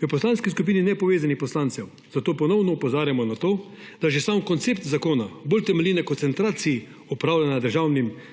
V Poslanski skupini nepovezanih poslancev, zato ponovno opozarjamo na to, da že sam koncept zakona bolj temelji na koncentraciji upravljanja